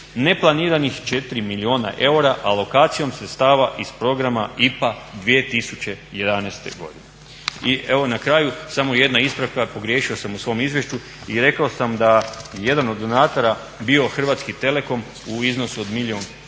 neplaniranih 4 milijuna eura alokacijom sredstava iz programa IPA 2011. godine. I evo na kraju samo jedna ispravka, pogriješio sam u svom izvješću i rekao sam da je jedan od donatora bio Hrvatski telekom u iznosu od milijun kuna.